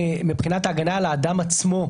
מבחינת ההגנה על האדם עצמו,